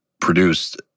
produced